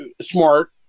smart